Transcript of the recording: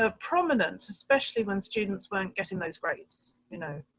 ah prominent, especially when students weren't getting those grades, you know,